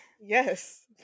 Yes